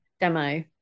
demo